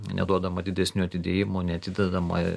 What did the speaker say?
neduodama didesnių atidėjimų neatidedama